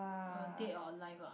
uh dead or alive ah